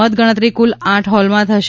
મતગણતરી કુલ આઠ હોલમાં થશે